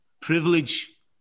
privilege